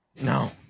no